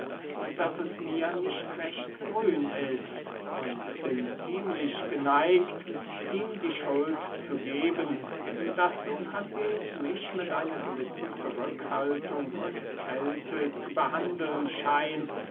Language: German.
daß es mir nicht recht grün ist und bin ziemlich geneigt ihm die schuld zu geben daß sokrates mich mit einer gewissen zurückhaltung und kälte zu behandeln scheint